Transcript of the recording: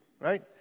Right